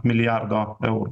milijardo eurų